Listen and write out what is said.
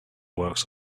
works